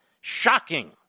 Shocking